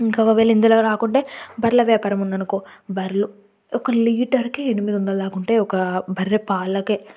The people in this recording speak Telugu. ఇంక ఒకవేళ ఇందులో రాకుంటే బర్రెల వ్యాపారం ఉందనుకో బర్రెలు ఒక లీటర్కి ఎనిమిది వందల దాకా ఉంటాయి ఒకా బర్రె పాలకే